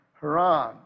Haran